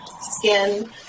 skin